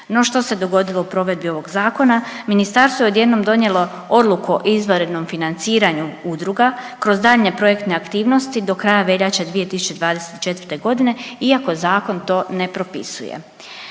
No što se dogodilo u provedbi ovog zakona, ministarstvo je odjednom donijelo odluku o izvanrednom financiranju udruga kroz daljnje projektne aktivnosti do kraja veljače 2024.g. iako zakon to ne propisuje.